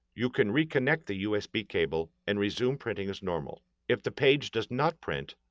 you can reconnect the usb cable and resume printing as normal. if the page does not print,